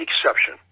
exception